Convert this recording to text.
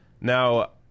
Now